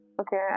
Okay